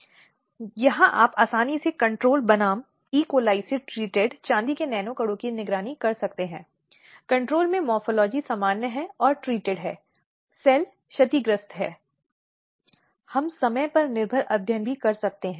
तो ये आम रोज़मर्रा के अनुभव हैं जो हम अपने लिए देख सकते हैं या हमने सुना है यहां तक कि किताबों अखबारों में भी पढ़ा जा सकता है